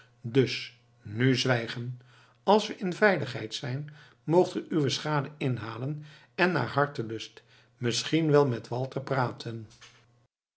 dus nu zwijgen als we in veiligheid zijn moogt ge uwe schade inhalen en naar hartelust misschien wel met walter praten